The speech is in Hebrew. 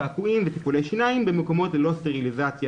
קעקועים וטיפולי שיניים במקומות ללא סטריליזציה